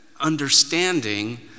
understanding